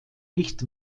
nicht